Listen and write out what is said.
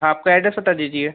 आपका ऐड्रेस बता दीजिए